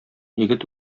егет